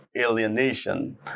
Alienation